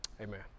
amen